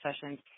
sessions